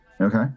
Okay